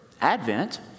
Advent